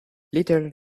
little